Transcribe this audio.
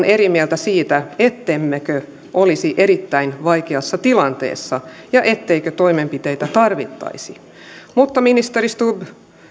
eri mieltä siitä ettemmekö olisi erittäin vaikeassa tilanteessa ja etteikö toimenpiteitä tarvittaisi mutta ministeri stubb